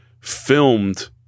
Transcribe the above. filmed